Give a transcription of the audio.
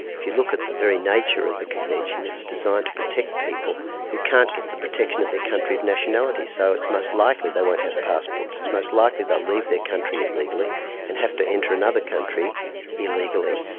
if you look at the very nature of the convention, it's designed to protect people who can't get the protection of their country of nationality. so it's most likely they won't have passports, it's most likely they'll leave their country illegally and have to enter another country illegally.